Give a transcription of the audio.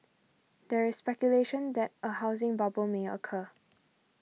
there is speculation that a housing bubble may occur